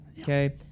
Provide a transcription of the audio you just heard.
okay